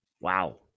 Wow